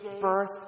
birth